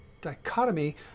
dichotomy